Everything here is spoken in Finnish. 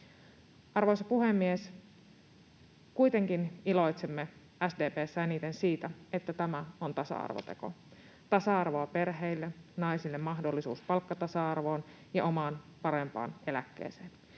Arvoisa puhemies! Kuitenkin iloitsemme SDP:ssä eniten siitä, että tämä on tasa-arvoteko: tasa-arvoa perheille, naisille mahdollisuus palkkatasa-arvoon ja omaan parempaan eläkkeeseen,